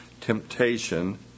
temptation